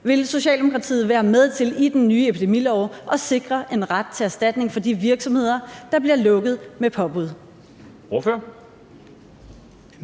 Vil Socialdemokratiet være med til i den nye epidemilov at sikre en ret til erstatning for de virksomheder, der bliver lukket med påbud?